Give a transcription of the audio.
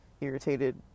irritated